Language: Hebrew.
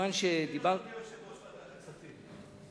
אדוני יושב-ראש ועדת הכספים.